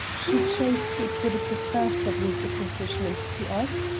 she chose to exhibit the first of these accomplishments to us,